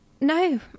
No